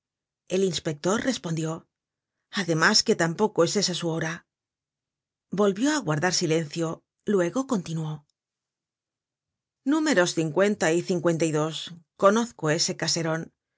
el inspector respondió además que tampoco es esa su hora volvió á guardar silencio luego continuó números y conozco ese caseron